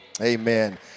Amen